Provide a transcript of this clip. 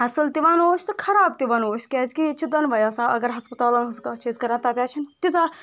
اصل تہِ ونو أسۍ تہٕ خراب تہِ ونو أسۍ کیٛازِ کہِ ییٚتہِ چھِ دوٚنہٕ وَے آسان اگر ہسپتال ہٕنٛز کتھ چھ کران تتہِ حظ چھِنہٕ تیٖژاہ